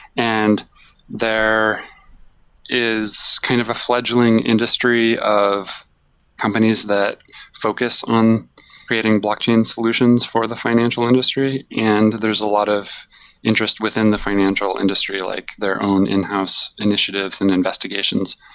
and there is kind of a fledgling industry of companies that focus on creating blockchain solutions for the financial industry, and there's a lot of interest within the financial industry, like their own in-house initiatives and investigations.